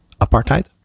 apartheid